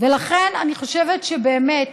ולכן אני חושבת שבאמת